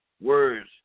words